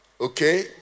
okay